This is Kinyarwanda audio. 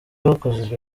wakozwe